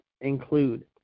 include